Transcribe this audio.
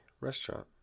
restaurant